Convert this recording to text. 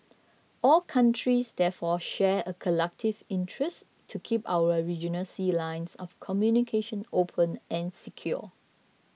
all countries therefore share a collective interest to keep our regional sea lines of communication open and secure